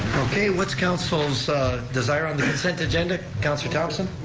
okay, what's council's desire on the consent agenda, councilor thomson?